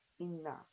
enough